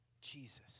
Jesus